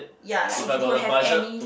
ya like if you could have any